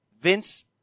Vince